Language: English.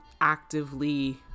actively